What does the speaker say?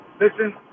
Listen